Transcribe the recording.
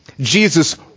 Jesus